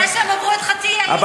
אחרי שהם לקחו את חצי האי סיני,